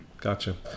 Gotcha